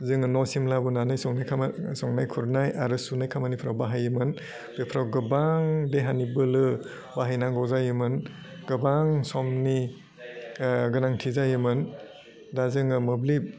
जोङो न'सिम लाबोनानै संनाय खामा संनाय खुरनाय आरो सुनाय खामानिफ्राव बाहायोमोन बेफ्राव गोबां देहानि बोलो बाहायनांगौ जायोमोन गोबां समनि ओह गोनांथि जायोमोन दा जोङो मोब्लिब